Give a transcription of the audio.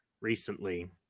recently